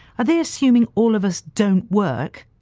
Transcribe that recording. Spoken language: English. are they assuming all of us don't work!